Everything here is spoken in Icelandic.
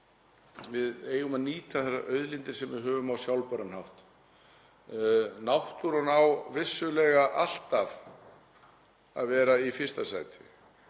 við eigum að nýta þær auðlindir sem við höfum á sjálfbæran hátt. Náttúran á vissulega alltaf að vera í fyrsta sæti